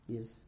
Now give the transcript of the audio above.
Yes